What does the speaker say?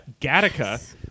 Gattaca